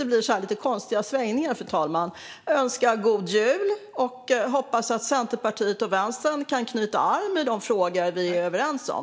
Det blir lite konstiga svängningar här, men jag vill önska en god jul och hoppas att Centerpartiet och Vänsterpartiet kan kroka arm i de frågor som vi är överens om.